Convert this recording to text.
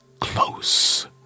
close